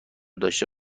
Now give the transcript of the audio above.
داشته